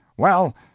Well